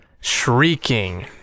shrieking